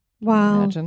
Wow